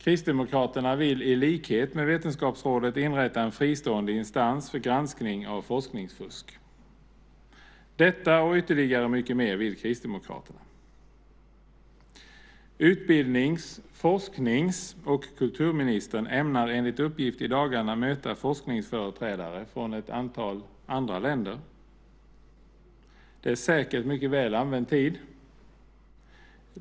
Kristdemokraterna vill i likhet med Vetenskapsrådet inrätta en fristående instans för granskning av forskningsfusk. Detta och mycket mer vill Kristdemokraterna. Utbildnings-, forsknings och kulturministern ämnar, enligt uppgift, i dagarna möta forskningsföreträdare från ett antal andra länder. Det är säkert mycket väl använd tid.